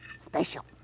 Special